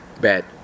Bad